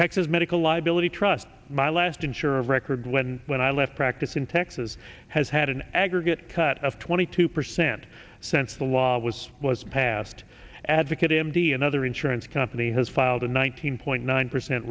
texas medical liability trust my last insurer of record when when i left practice in texas has had an aggregate cut of twenty two percent since the law was was passed advocate m d another insurance company has filed in one thousand point nine percent